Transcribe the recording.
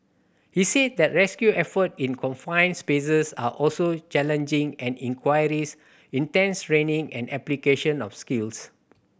he said that rescue effort in confined spaces are also challenging and intense training and application of skills